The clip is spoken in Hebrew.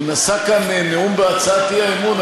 הוא נשא כאן נאום בהצעת האי-אמון,